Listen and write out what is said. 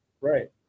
right